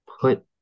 put